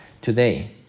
today